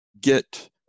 get